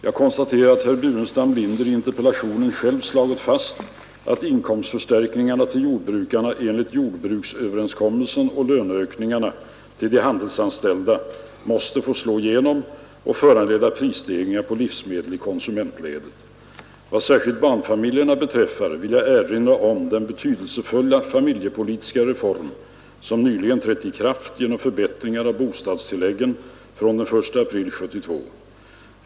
Jag konstaterar att herr Burenstam Linder i interpellationen själv slagit fast att inkomstförstärkningarna till jordbrukarna enligt jordbruksöverenskommelsen och löneökningarna till de handelsanställda måste få slå igenom och föranleda prisstegringar på livsmedel i konsumentledet. Vad särskilt barnfamiljerna beträffar, vill jag erinra om den betydelsefulla familjepolitiska reform som nyligen trätt i kraft genom förbättringen av bostadstilläggen från den 1 april 1972.